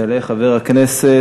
יעלה חבר הכנסת